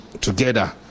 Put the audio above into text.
together